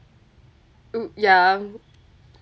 uh ya